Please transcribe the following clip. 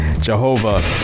Jehovah